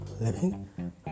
living